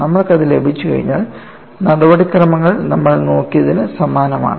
നമ്മൾക്കത് ലഭിച്ചുകഴിഞ്ഞാൽ നടപടിക്രമങ്ങൾ നമ്മൾ നോക്കിയതിന് സമാനമാണ്